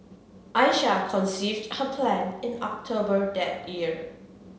Aisha conceived her plan in October that year